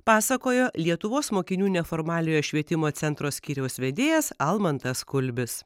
pasakojo lietuvos mokinių neformaliojo švietimo centro skyriaus vedėjas almantas kulbis